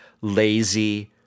lazy